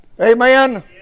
Amen